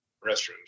restrooms